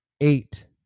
eight